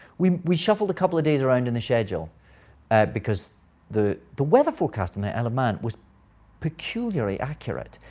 we we shuffled a couple of days around in the schedule because the the weather forecast on the isle of man was peculiarly accurate.